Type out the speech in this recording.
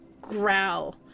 growl